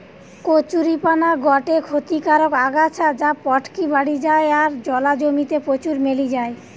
কচুরীপানা গটে ক্ষতিকারক আগাছা যা পটকি বাড়ি যায় আর জলা জমি তে প্রচুর মেলি যায়